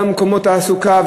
גם ממקומות תעסוקה,